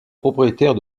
propriétaire